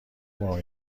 اون